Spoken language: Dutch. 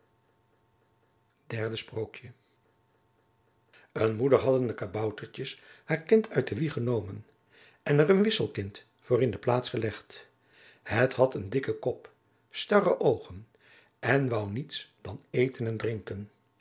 derde sprookje een moeder hadden de kaboutertjes haar kind uit de wieg genomen en er een wisselkind voor in de plaats gelegd het had een dikken kop starre oogen en woû niets dan eten en drinken